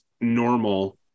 normal